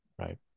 right